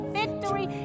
victory